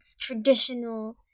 traditional